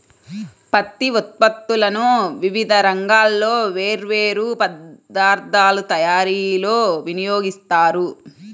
పత్తి ఉత్పత్తులను వివిధ రంగాల్లో వేర్వేరు పదార్ధాల తయారీలో వినియోగిస్తారు